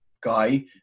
guy